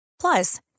Plus